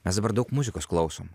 mes dabar daug muzikos klausom